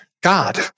God